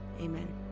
Amen